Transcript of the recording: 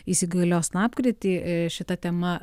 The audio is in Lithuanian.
įsigalios lapkritį šita tema